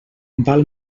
val